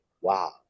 wow